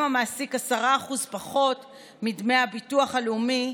המעסיק 10% פחות מדמי הביטוח הלאומי,